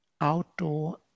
outdoor